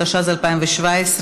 התשע"ז 2017,